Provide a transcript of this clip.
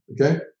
okay